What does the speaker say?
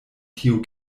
tiu